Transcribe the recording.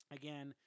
again